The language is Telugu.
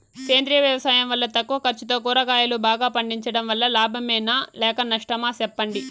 సేంద్రియ వ్యవసాయం వల్ల తక్కువ ఖర్చుతో కూరగాయలు బాగా పండించడం వల్ల లాభమేనా లేక నష్టమా సెప్పండి